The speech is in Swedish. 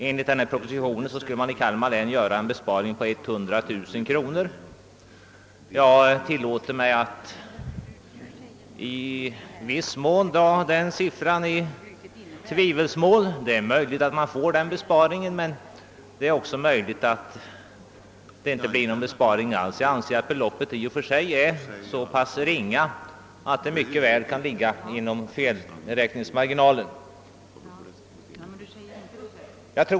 Enligt propositionen skulle man i Kalmar län göra en besparing på 100000 kronor. Jag tillåter mig att i viss mån dra den siffran i tvivelsmål. Det är möjligt att det uppstår en sådan besparing, men det är också möjligt, att det inte blir någon besparing alls. Beloppet är i och för sig så ringa att det mycket väl kan ligga inom felräkningsmarginalen.